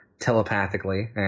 telepathically